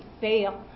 fail